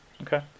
Okay